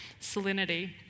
salinity